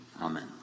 Amen